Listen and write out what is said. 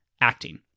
acting